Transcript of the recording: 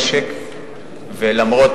אומר השר בצורה מפורשת ביותר: המדובר פה